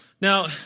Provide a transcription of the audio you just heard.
Now